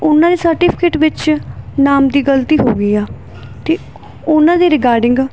ਉਹਨਾਂ ਦੇ ਸਰਟੀਫਿਕੇਟ ਵਿੱਚ ਨਾਮ ਦੀ ਗਲਤੀ ਹੋ ਗਈ ਆ ਅਤੇ ਉਹਨਾਂ ਦੇ ਰਿਗਾਰਡਿੰਗ